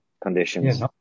conditions